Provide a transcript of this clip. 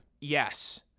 yes